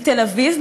מתל-אביב,